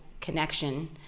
connection